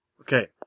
Okay